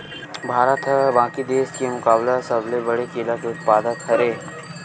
भारत हा बाकि देस के मुकाबला सबले बड़े केला के उत्पादक हरे